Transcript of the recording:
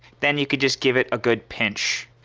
then you could just give it a good pinch.